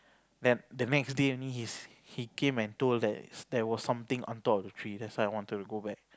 then the next day only he he came and told that there was something on top of the tree that's why I wanted to go back